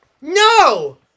No